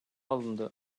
alındı